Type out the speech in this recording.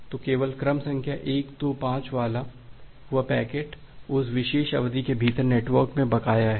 तो केवल क्रम संख्या 125 वाला वह पैकेट उस विशेष अवधि के भीतर नेटवर्क में बकाया है